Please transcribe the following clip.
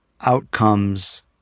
outcomes